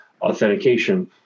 authentication